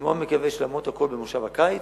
אני מאוד מקווה שלמרות הכול בכנס הקיץ.